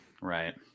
Right